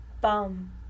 bum